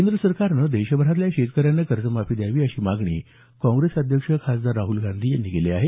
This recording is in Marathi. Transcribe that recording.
केंद्र सरकारनं देशभरातल्या शेतकऱ्यांना कर्जमाफी द्यावी अशी मागणी काँग्रेस अध्यक्ष खासदार राहल गांधी यांनी केली आहे